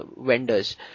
vendors